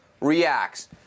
reacts